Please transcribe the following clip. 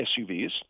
SUVs